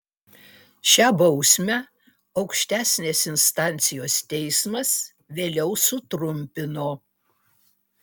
šią bausmę aukštesnės instancijos teismas vėliau sutrumpino